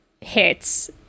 hits